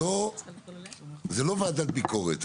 זו לא ועדת ביקורת.